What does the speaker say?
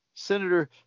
Senator